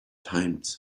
times